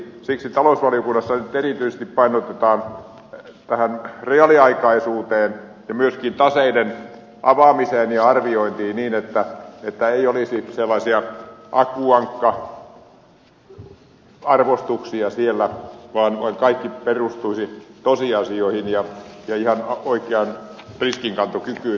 siksi talousvaliokunnassa painotetaan nyt erityisesti tätä reaaliaikaisuutta ja myöskin taseiden avaamista ja arviointia niin että ei olisi sellaisia akuankka arvostuksia siellä vaan kaikki perustuisi tosiasioihin ja ihan oikeaan riskinkantokykyyn